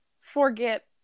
forget